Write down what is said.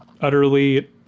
utterly